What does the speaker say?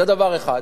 זה דבר אחד.